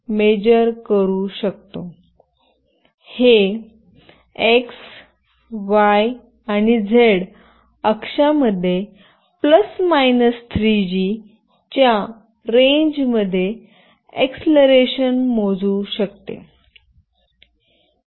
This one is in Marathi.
हे x y आणि z अक्षामध्ये ± 3g च्या रेंजमध्ये एक्सलरेशन मोजू शकते